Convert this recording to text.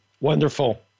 Wonderful